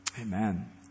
Amen